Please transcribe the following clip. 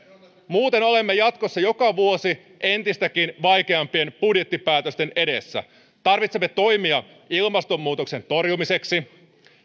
muuten olemme jatkossa joka vuosi entistäkin vaikeampien budjettipäätösten edessä tarvitsemme toimia ilmastonmuutoksen torjumiseksi